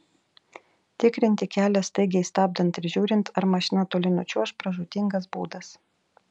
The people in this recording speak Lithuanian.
tikrinti kelią staigiai stabdant ir žiūrint ar mašina toli nučiuoš pražūtingas būdas